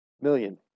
Million